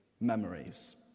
memories